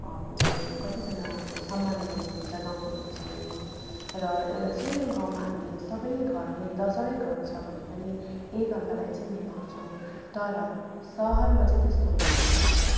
अब कतिजना अब सम्मान गर्ने हुन्छ गाउँको मान्छेहरू र एउटा सानो गाउँमा हामी सबै घर नै दसवटै घर छ भने पनि एक अर्कालाई चिन्ने गर्छौँ तर सहरमा चाहिँ त्यस्तो हुँदैन रहेछ